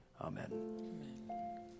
amen